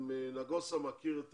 נגוסה מכיר את